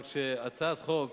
אבל כשהצעת חוק